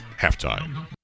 halftime